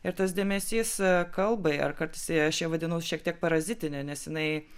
ir tas dėmesys kalbai ar kartais aš ją vadinau šiek tiek parazitine nes jinai